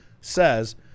says